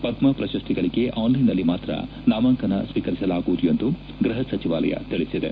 ಪದ್ಮ ಪ್ರಶಸ್ತಿಗಳಿಗೆ ಆನ್ಲೈನ್ನಲ್ಲಿ ಮಾತ್ರ ನಾಮಾಂಕನ ಸ್ವೀಕರಿಸಲಾಗುವುದು ಎಂದು ಗೃಪ ಸಚಿವಾಲಯ ತಿಳಿಸಿದೆ